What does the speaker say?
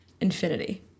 infinity